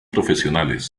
profesionales